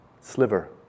sliver